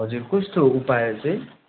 हजुर त्यस्तो उपाय चाहिँ